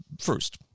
first